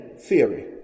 theory